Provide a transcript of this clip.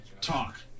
Talk